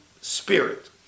spirit